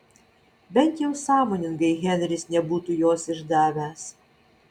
bent jau sąmoningai henris nebūtų jos išdavęs